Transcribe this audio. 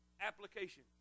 application